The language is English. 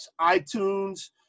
iTunes